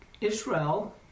Israel